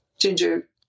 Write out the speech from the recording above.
Ginger